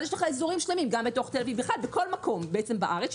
ואז יש לך אזורים שלמים בכל מקום בארץ,